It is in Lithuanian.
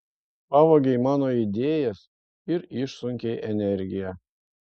pavogei mano idėjas ir išsunkei energiją